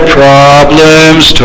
problems